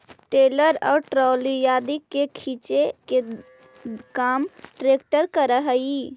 trailer और trolley आदि के खींचे के काम ट्रेक्टर करऽ हई